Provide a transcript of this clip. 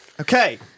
Okay